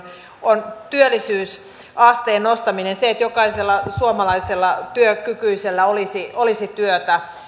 on työllisyysasteen nostaminen se että jokaisella suomalaisella työkykyisellä olisi olisi työtä